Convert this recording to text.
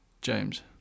James